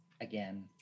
again